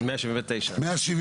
1 נגד 5 נמנעים 1 לא אושר.